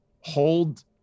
hold